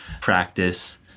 practice